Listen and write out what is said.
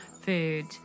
food